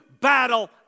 battle